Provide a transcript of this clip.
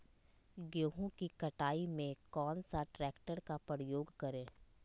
गेंहू की कटाई में कौन सा ट्रैक्टर का प्रयोग करें?